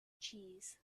cheese